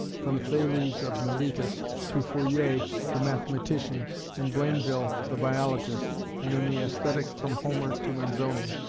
from thales of miletus to fourier the mathematician and blainville the biologist, and in the aesthetic from homer to manzoni,